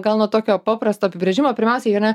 gal nuo tokio paprasto apibrėžimo pirmiausiai ane